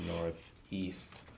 Northeast